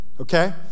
Okay